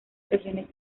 regiones